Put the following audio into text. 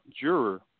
juror